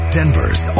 Denver's